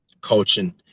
coaching